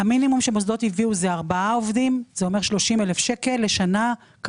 המינימום שהמוסדות הביאו זה ארבעה עובדים - זה יוצא 30,000 שקל לשנה.